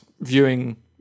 viewing